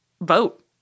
vote